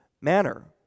manner